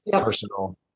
personal